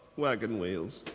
wagon wheels.